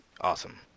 Awesome